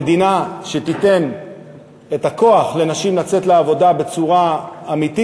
מדינה שתיתן את הכוח לנשים לצאת לעבודה בצורה אמיתית